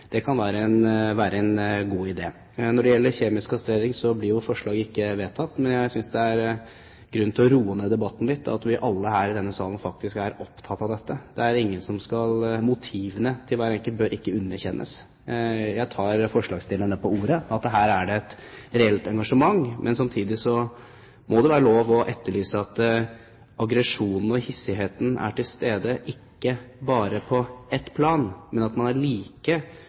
å roe ned debatten litt, for alle her i salen er faktisk opptatt av dette. Motivene til hver enkelt bør ikke underkjennes. Jeg tar forslagsstillerne på ordet. Her er det et reelt engasjement. Men samtidig må det være lov til å etterlyse at aggresjon og hissighet ikke bare er til stede på ett plan, men at man er like